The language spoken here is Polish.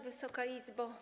Wysoka Izbo!